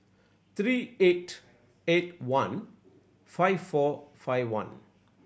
three eight eight one five four five one